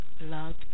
love